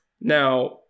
now